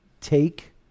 take